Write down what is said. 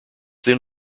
then